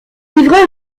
livreur